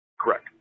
Correct